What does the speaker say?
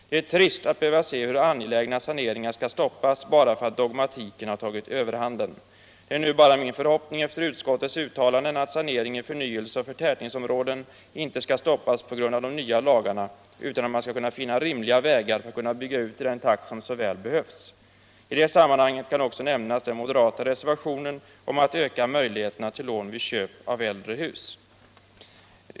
Det är trist att behöva se hur angelägna saneringar skall stoppas bara för att dogmatiken har tagit överhanden. Det är nu bara min förhoppning, efter utskottets uttalanden, att sanering i förnyelseoch förtätningsområden inte skall stoppas på grund av de nya lagarna utan att man skall finna rimliga vägar för att kunna bygga ut i den takt som så väl behövs. I det sammanhanget kan också nämnas den moderata reservationen om att öka möjligheterna till lån vid köp av äldre småhus.